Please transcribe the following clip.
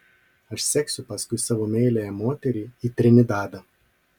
aš seksiu paskui savo meiliąją moterį į trinidadą